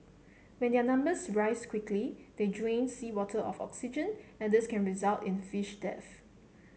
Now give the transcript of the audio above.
when their numbers rise quickly they drain seawater of oxygen and this can result in fish death